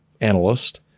analyst –